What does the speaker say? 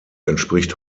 entspricht